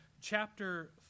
chapter